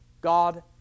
God